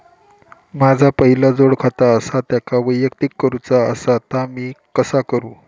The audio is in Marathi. माझा पहिला जोडखाता आसा त्याका वैयक्तिक करूचा असा ता मी कसा करू?